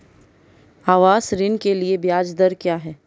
आवास ऋण के लिए ब्याज दर क्या हैं?